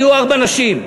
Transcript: יהיו ארבע נשים.